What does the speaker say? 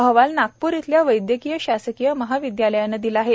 अहवाल नागप्र येथील वैदयकीय शासकीय महाविदयालयाने दिला आहे